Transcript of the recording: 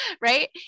right